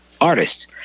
artists